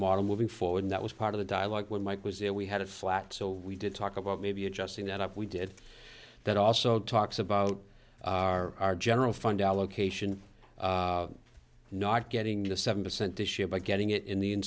model moving forward that was part of the dialogue when mike was there we had a flat so we did talk about maybe adjusting that up we did that also talks about our general fund allocation not getting to seven percent this year but getting it in the